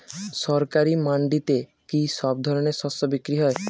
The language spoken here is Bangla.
সরকারি মান্ডিতে কি সব ধরনের শস্য বিক্রি হয়?